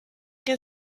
que